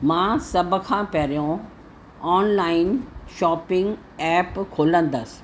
मां सभु खां पहिरियों ऑनलाइन शॉपिंग ऐप खुलंदसि